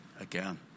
again